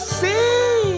see